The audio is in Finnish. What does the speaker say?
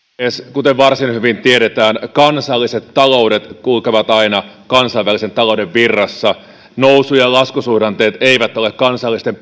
kuten varsin hyvin tiedetään kansalliset taloudet kulkevat aina kansainvälisen talouden virrassa nousu ja laskusuhdanteet eivät ole kansallisten